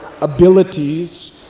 abilities